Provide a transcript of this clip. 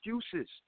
excuses